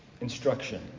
instruction